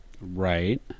Right